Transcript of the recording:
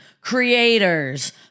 creators